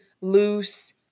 loose